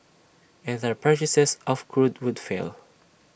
and their purchases of crude would fell